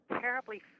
terribly